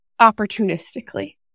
opportunistically